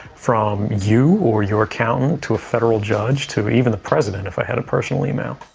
from you or your accountant to a federal judge to even the president if i had a personal email.